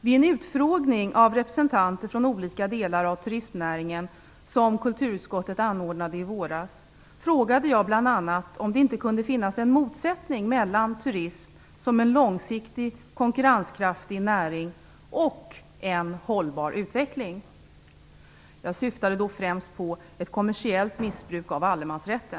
Vid den utfrågning av representanter av olika delar av turistnäringen som kulturutskottet anordnade i våras frågade jag bl.a. om det inte kunde finnas en motsättning mellan turism som en långsiktigt konkurrenskraftig näring och en hållbar utveckling. Jag syftade då främst på ett kommersiellt missbruk av allemansrätten.